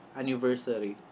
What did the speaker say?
anniversary